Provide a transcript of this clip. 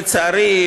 לצערי,